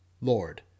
Lord